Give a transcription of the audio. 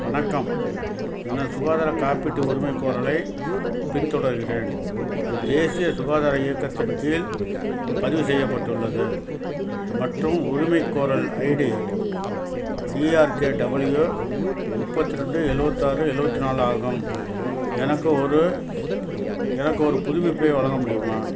வணக்கம் எனது சுகாதார காப்பீட்டு உரிமைகோரலைப் பின்தொடர்கிறேன் இது தேசிய சுகாதார இயக்கத்தின் கீழ் பதிவு செய்யப்பட்டுள்ளது மற்றும் உரிமைகோரல் ஐடி டிஆர்கேடபிள்யூ முப்பத்து ரெண்டு எழுவத்தாறு எழுவத்து நாலு ஆகும் எனக்கு ஒரு எனக்கு ஒரு புதுப்பிப்பை வழங்க முடியுமா